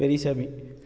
Periyasamy